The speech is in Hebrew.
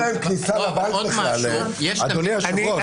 אין להם כניסה לבנק בכלל, אדוני היושב-ראש.